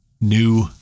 new